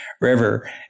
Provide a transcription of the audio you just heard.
River